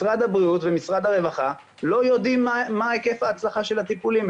משרד הבריאות ומשרד הרווחה לא יודעים מה היקף ההצלחה של הטיפולים.